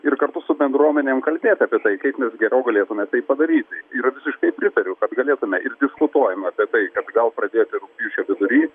ir kartu su bendruomenėm kalbėt apie tai kaip mes geriau galėtume tai padaryti yra visiškai pritariu kad galėtume ir diskutuojam apie tai kad gal pradėti rugpjūčio vidury